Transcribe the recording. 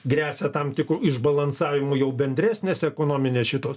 gresia tam tikru išbalansavimu jau bendresnės ekonominės šitos